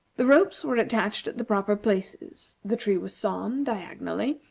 the ropes were attached at the proper places, the tree was sawn, diagonally,